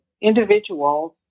individuals